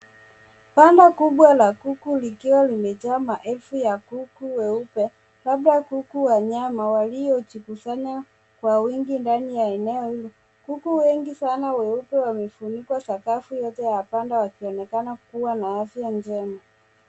Banda kubwa la kuku likiwa limejaa maelfu ya kuku weupe, labda kuku wa nyama waliojikusanya kwa wingi ndani ya eneo hilo. Kuku wengi sana weupe wamefunikwa sakafu yote ya mabanda wakionekana kuwa na afya njema.